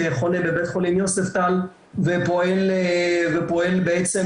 שחונה בבית חולים יוספטל ופועל בעצם,